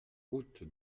route